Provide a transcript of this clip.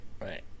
Right